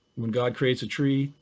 when god creates a tree,